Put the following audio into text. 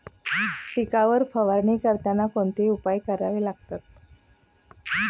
पिकांवर फवारणी करताना कोणते उपाय करावे लागतात?